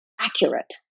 accurate